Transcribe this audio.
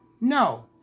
No